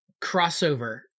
crossover